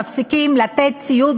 מפסיקים לתת ציוד,